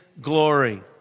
glory